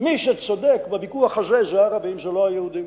מי שצודק בוויכוח הזה זה הערבים, זה לא היהודים.